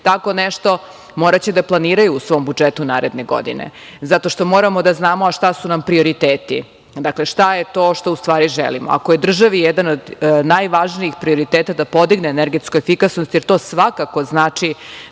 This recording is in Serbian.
tako nešto, moraće da planiraju u svom budžetu naredne godine, zato što moramo da znamo šta su nam prioriteti. Šta je to što u stvari želimo. Ako je državi jedan od najvažnijih prioriteta da podigne energetsku efikasnost, jer to svakako znači